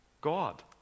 God